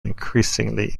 increasingly